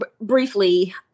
briefly